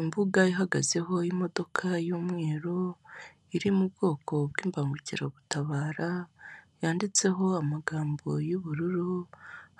Imbuga ihagazeho imodoka y'umweru iri mu bwoko bw'imbangukira gutabara yanditseho amagambo y'ubururu